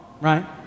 right